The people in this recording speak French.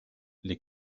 les